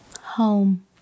Home